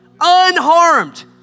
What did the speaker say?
unharmed